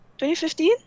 2015